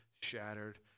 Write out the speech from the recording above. shattered